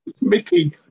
Mickey